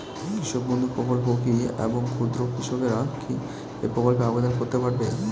কৃষক বন্ধু প্রকল্প কী এবং ক্ষুদ্র কৃষকেরা কী এই প্রকল্পে আবেদন করতে পারবে?